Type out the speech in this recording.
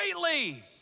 greatly